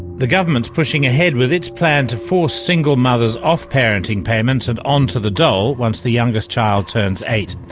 the government's pushing ahead with its plan to force single mothers off parenting payments and onto the dole once the youngest child turns eight.